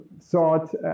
thought